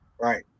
Right